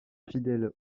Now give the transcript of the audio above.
fidèle